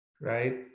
right